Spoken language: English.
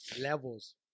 levels